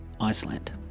Iceland